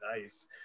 nice